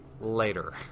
later